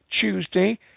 Tuesday